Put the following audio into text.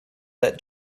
that